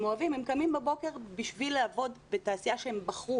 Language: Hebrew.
הם קמים בבוקר כדי לעבוד בתעשייה שהם בחרו.